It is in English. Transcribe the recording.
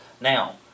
now